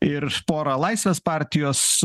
ir pora laisvės partijos